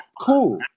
Cool